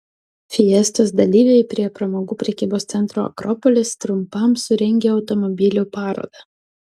fiestos dalyviai prie pramogų prekybos centro akropolis trumpam surengė automobilių parodą